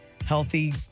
Healthy